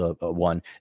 one